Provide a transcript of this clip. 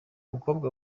mukobwa